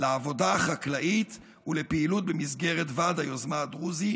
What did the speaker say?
לעבודה החקלאית ולפעילות במסגרת ועד היוזמה הדרוזי,